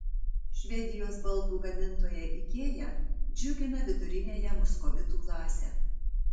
švedijos baldų gamintoja ikea džiugina viduriniąją muskovitų klasę